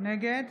נגד